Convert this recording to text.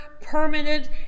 permanent